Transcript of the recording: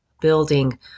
building